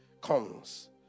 comes